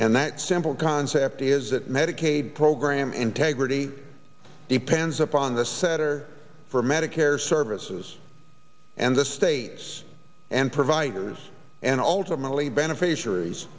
and that simple concept is that medicaid program integrity depends upon the center for medicare services and the states and providers and ultimately beneficiaries